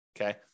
Okay